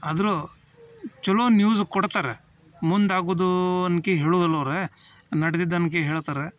ಆದ್ರೂ ಚಲೋ ನ್ಯೂಸ್ ಕೊಡ್ತಾರೆ ಮುಂದಾಗೋದು ಒನ್ಕೆ ಹೇಳೋದಿಲ್ಲ ಅವ್ರು ನಡ್ದಿದ್ದನ್ಕೆ ಹೇಳ್ತಾರೆ